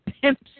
Pimps